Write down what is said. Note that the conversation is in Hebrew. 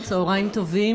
לכולכם,